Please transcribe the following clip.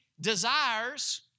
desires